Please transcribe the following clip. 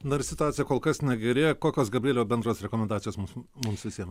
nors situacija kol kas negerėja kokios gabrieliau bendros rekomendacijos mūsų mums visiem